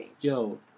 Yo